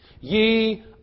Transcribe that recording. Ye